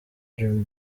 dream